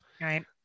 Right